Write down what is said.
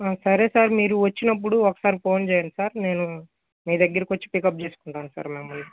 సరే సార్ మీరు వచ్చినపుడు ఒకసారి ఫోన్ చేయండి సార్ నేను మీ దగ్గరికి వచ్చి పికప్ చేసుకుంటాను సార్ మిమ్మల్ని